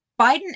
biden